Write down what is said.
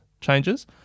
changes